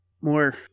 more